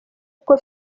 kuko